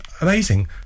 amazing